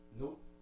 Nope